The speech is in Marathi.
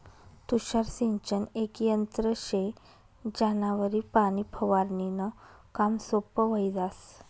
तुषार सिंचन येक यंत्र शे ज्यानावरी पाणी फवारनीनं काम सोपं व्हयी जास